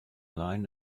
line